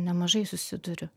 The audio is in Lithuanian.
nemažai susiduriu